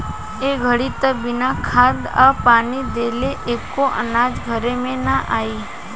ए घड़ी त बिना खाद आ पानी देले एको अनाज घर में ना आई